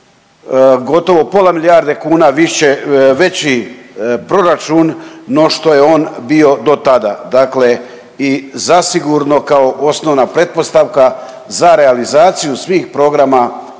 gotovo pola milijarde kuna više, veći proračun no što je on bio do tada, dakle i zasigurno kao osnovna pretpostavka za realizaciju svih programa